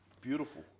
beautiful